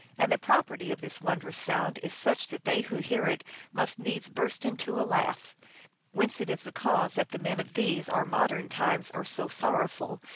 and the property of this wondrous sound is such that they who hear it must needs burst into a laugh whence it is the cause that the men of these our modern times are so sorrowful,